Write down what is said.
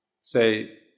say